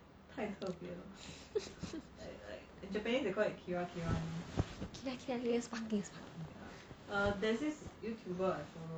kira kira names is what